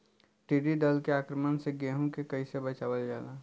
टिडी दल के आक्रमण से गेहूँ के कइसे बचावल जाला?